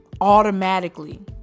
automatically